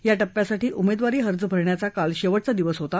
या टप्प्यासाठी उमेदवारी अर्ज भरण्याचा काल शेवटचा दिवस होता